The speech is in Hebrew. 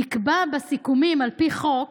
נקבע בסיכומים על פי חוק